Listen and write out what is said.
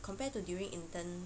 compared to during intern